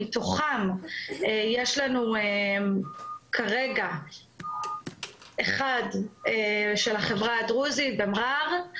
מתוכם יש לנו כרגע אחד של החברה הדרוזית במע'אר,